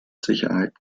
sicherheit